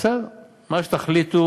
בסדר, מה שתחליטו.